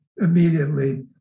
Immediately